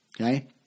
Okay